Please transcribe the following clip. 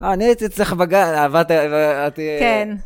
אה, אני הייתי צריך בגן, עבדתי... כן.